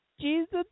Jesus